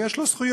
ויש לו זכויות,